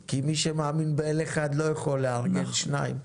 כי מי שמאמין באל אחד לא יכול לארגן שניים.